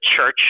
church